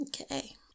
okay